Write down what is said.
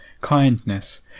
kindness